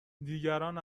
دیگران